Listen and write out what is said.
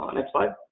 um next slide.